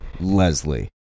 Leslie